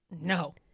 No